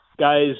guys